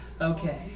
Okay